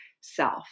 self